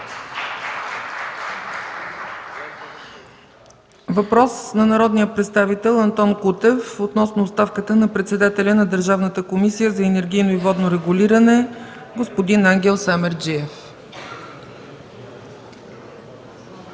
Въпрос от народния представител Антон Кутев относно оставката на председателя на Държавната комисия за енергийно и водно регулиране господин Ангел Семерджиев.